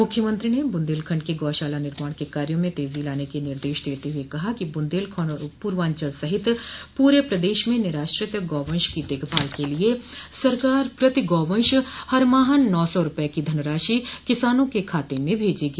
मुख्यमंत्री ने बुंदेलखंड के गौशाला निर्माण के कार्यो में तेजी लाने के निर्देश देते हुए कहा कि बुंदेलखंड और पूर्वांचल सहित पूरे प्रदेश में निराश्रित गौवंश की देखभाल के लिए सरकार प्रति गौवंश हर माह नौ सौ रूपये की धनराशि किसानों के खाते में भेजेगी